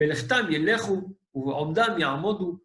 ולכתם ילכו ובעומדם יעמודו.